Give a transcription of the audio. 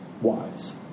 wise